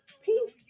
Peace